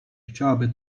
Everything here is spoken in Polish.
chciałaby